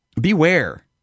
beware